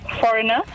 Foreigner